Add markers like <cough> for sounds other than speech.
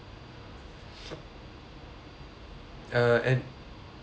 <breath> uh an~